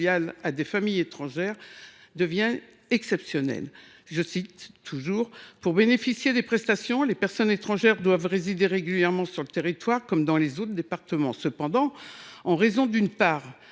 à des familles étrangères semble exceptionnelle ».« Pour bénéficier des prestations, les personnes étrangères doivent résider régulièrement sur le territoire, comme dans les autres départements. Cependant, en raison, d’une part,